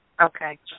Okay